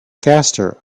faster